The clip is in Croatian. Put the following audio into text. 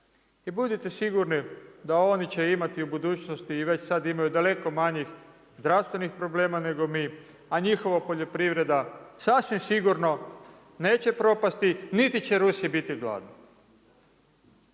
budite sigurni da oni će imati u budućnosti i već sad imaju daleko manjih zdravstvenih problema, nego mi, a njihova poljoprivreda, sasvim sigurno neće propasti niti će Rusi biti gladni.